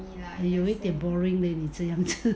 你有一点 boring leh 你这样吃